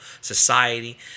society